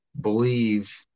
believe